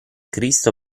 cristo